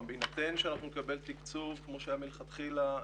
בהינתן שנקבל תקצוב כמו שהיה מלכתחילה,